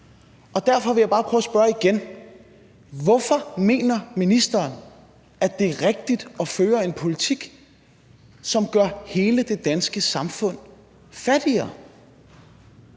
Derfor vil jeg bare prøve at spørge igen: Hvorfor mener ministeren, at det er rigtigt at føre en politik, som gør hele det danske samfund fattigere?